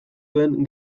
den